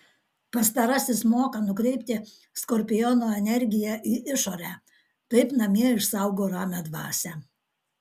pastarasis moka nukreipti skorpiono energiją į išorę taip namie išsaugo ramią dvasią